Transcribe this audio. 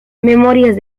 memorias